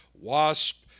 wasp